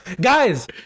Guys